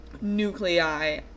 nuclei